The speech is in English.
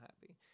happy